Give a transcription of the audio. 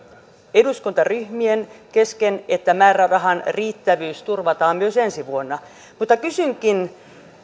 eduskuntaryhmien kesken että määrärahan riittävyys turvataan myös ensi vuonna mutta kysynkin